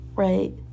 Right